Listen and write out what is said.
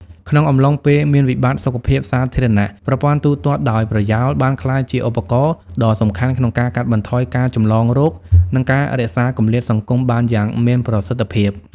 ក្នុងអំឡុងពេលមានវិបត្តិសុខភាពសាធារណៈ ប្រព័ន្ធទូទាត់ដោយប្រយោល បានក្លាយជាឧបករណ៍ដ៏សំខាន់ក្នុងការកាត់បន្ថយការចម្លងរោគ និងការរក្សាគម្លាតសង្គមបានយ៉ាងមានប្រសិទ្ធភាព។